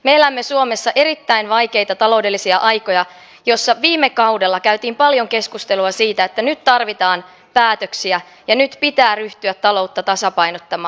me elämme suomessa erittäin vaikeita taloudellisia aikoja joissa viime kaudella käytiin paljon keskustelua siitä että nyt tarvitaan päätöksiä ja nyt pitää ryhtyä taloutta tasapainottamaan